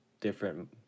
different